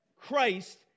Christ